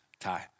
Tie